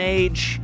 age